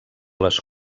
les